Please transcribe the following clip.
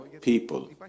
people